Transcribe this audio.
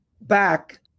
back